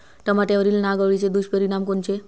टमाट्यावरील नाग अळीचे दुष्परिणाम कोनचे?